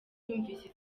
yumvise